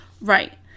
Right